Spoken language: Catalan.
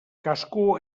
cascú